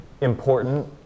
important